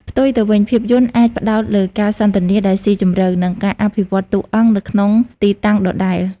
ផ្ទុយទៅវិញ ភាពយន្តអាចផ្ដោតលើការសន្ទនាដែលស៊ីជម្រៅ និងការអភិវឌ្ឍតួអង្គនៅក្នុងទីតាំងដដែល។